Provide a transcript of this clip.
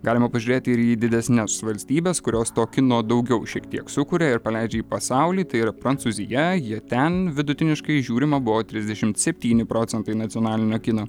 galima pažiūrėti ir į didesnes valstybes kurios to kino daugiau šiek tiek sukuria ir paleidžia į pasaulį tai yra prancūzija jie ten vidutiniškai žiūrima buvo trisdešim septyni procentai nacionalinio kino